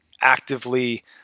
actively